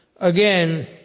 again